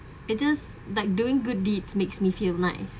it just like doing good deeds makes me feel nice